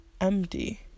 empty